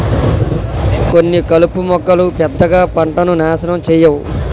కొన్ని కలుపు మొక్కలు పెద్దగా పంటను నాశనం చేయవు